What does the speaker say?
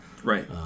Right